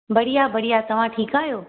बढ़िया बढ़िया तव्हां ठीकु आहियो